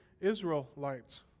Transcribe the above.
Israelites